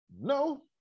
No